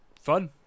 fun